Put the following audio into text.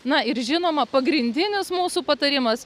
na ir žinoma pagrindinis mūsų patarimas